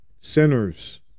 sinners